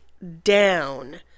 Down